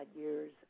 years